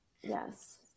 Yes